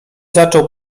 zaczął